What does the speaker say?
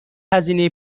هزینه